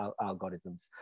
algorithms